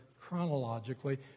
chronologically